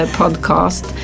podcast